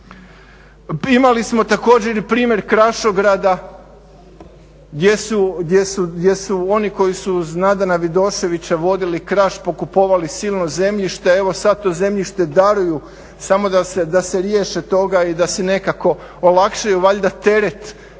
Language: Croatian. Imali smo također i primjer Krašograda gdje su oni koji su uz Nadana Vidoševića vodili Kraš pokupovali silno zemljište, evo sad to zemljište daruju samo da se riješe toga i da si nekako olakšaju, valjda teret